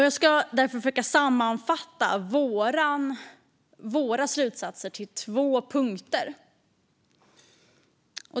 Jag ska försöka sammanfatta våra slutsatser till två punkter.